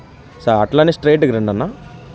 సా అట్లనే స్ట్రైట్గా రండి అన్నా